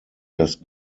das